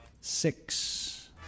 Six